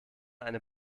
eine